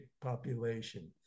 population